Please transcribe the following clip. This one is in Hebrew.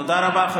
תודה רבה.